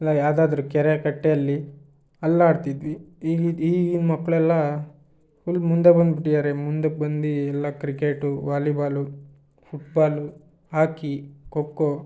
ಇಲ್ಲ ಯಾವ್ದಾದ್ರೂ ಕೆರೆ ಕಟ್ಟೆಯಲ್ಲಿ ಅಲ್ಲಾಡ್ತಿದ್ವಿ ಈಗಿದ್ದ ಈಗಿನ ಮಕ್ಕಳೆಲ್ಲ ಫುಲ್ ಮುಂದೆ ಬಂದ್ಬಿಟಿದಾರೆ ಮುಂದಕ್ಕೆ ಬಂದು ಎಲ್ಲ cricket volleyball football hockey kho kho